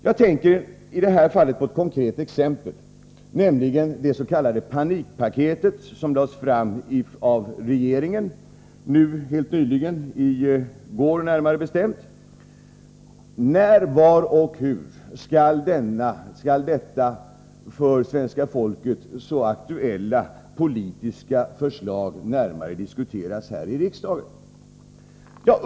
Jag tänker i detta fall på ett konkret exempel, nämligen det s.k. panikpaket som i går lades fram av regeringen. När, var och hur skall detta för svenska folket så aktuella politiska förslag närmare diskuteras här i riksdagen?